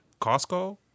Costco